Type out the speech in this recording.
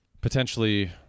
potentially